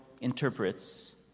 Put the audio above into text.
interprets